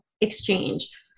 exchange